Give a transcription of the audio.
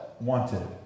wanted